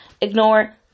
Ignore